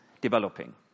developing